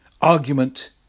argument